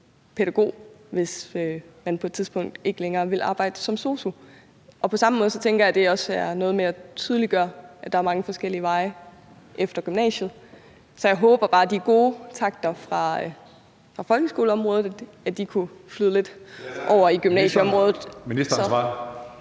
hvis man på et tidspunkt ikke længere vil arbejde som sosu-assistent? På samme måde tænker jeg, det også er noget med at tydeliggøre, at der er mange forskellige veje efter gymnasiet. Så jeg håber bare, at de gode takter fra folkeskoleområdet kunne flyde lidt over i gymnasieområdet.